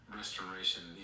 restoration